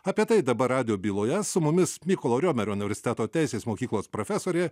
apie tai dabar radijo byloje su mumis mykolo riomerio universiteto teisės mokyklos profesorė